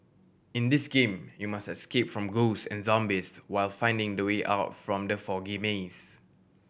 in this game you must escape from ghost and zombies while finding the way out from the foggy maze